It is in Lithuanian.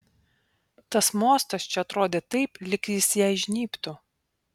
tas mostas čia atrodė taip lyg jis jai žnybtų